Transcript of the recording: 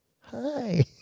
Hi